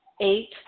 Eight